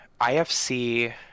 ifc